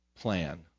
plan